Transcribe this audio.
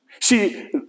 See